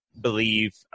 believe